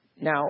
Now